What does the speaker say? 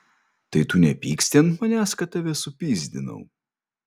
tai tu nepyksti ant manęs kad tave supyzdinau